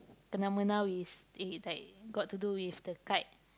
kena mengena with it like got to do with the kite